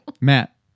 matt